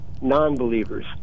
non-believers